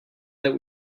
that